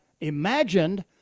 imagined